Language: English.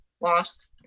lost